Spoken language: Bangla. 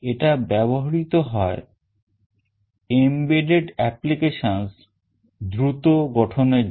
এটা ব্যবহৃত হয় embedded applications দ্রুত গঠনের জন্য